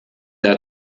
der